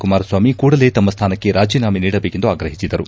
ಕುಮಾರಸ್ವಾಮಿ ಕೂಡಲೇ ತಮ್ಮ ಸ್ಥಾನಕ್ಕೆ ರಾಜೀನಾಮೆ ನೀಡಬೇಕೆಂದು ಆಗ್ರಹಿಸಿದರು